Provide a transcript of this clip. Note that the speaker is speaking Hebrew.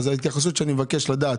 אני מבקש לדעת